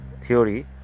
theory